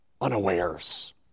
unawares